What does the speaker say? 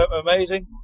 amazing